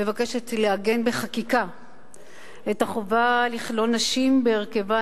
מבקשת לעגן בחקיקה את החובה לכלול נשים בהרכבן,